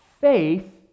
faith